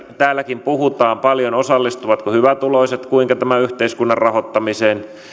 täälläkin puhutaan paljon kuinka hyvätuloiset osallistuvat tämän yhteiskunnan rahoittamiseen